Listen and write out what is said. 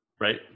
Right